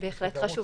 בהחלט חשוב